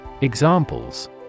Examples